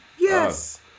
Yes